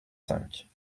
cinq